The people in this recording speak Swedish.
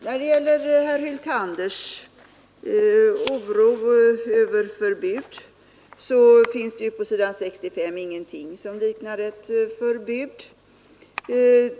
Vad beträffar herr Hyltanders oro över förbud, finns det på s. 65 ingenting som liknar ett förbud.